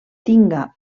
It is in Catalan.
tinga